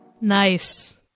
Nice